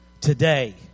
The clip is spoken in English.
today